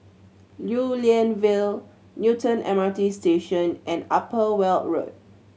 Lew Lian Vale Newton M R T Station and Upper Weld Road